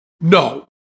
No